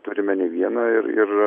turime ne vieną ir ir